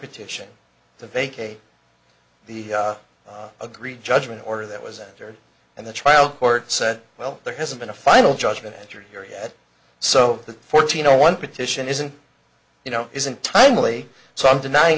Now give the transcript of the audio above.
petition to vacate the agreed judgment order that was entered and the trial court said well there hasn't been a final judgment entered here yet so the fourteen zero one petition isn't you know isn't timely so i'm denying